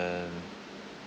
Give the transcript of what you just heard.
and